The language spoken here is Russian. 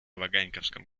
ваганьковском